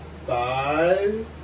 five